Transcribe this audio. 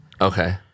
Okay